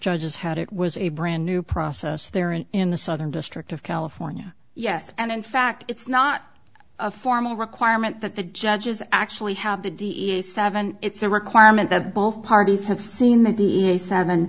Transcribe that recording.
judges had it was a brand new process there and in the southern district of california yes and in fact it's not a formal requirement that the judges actually have the d e a s seven it's a requirement that both parties have seen the